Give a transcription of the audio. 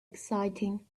exciting